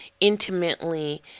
intimately